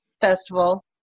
festival